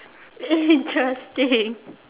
interesting